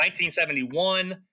1971